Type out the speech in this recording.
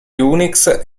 unix